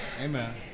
Amen